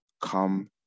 come